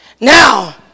Now